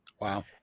Wow